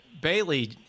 Bailey